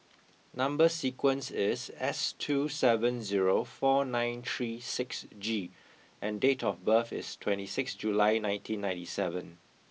number sequence is S two seven zero four nine three six G and date of birth is twenty six July nineteen ninety seven